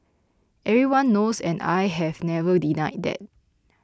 everyone knows and I have never denied that